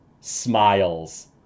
smiles